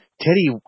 Teddy